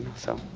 so,